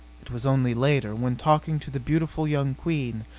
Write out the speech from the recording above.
it was only later, when talking to the beautiful young queen,